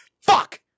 fuck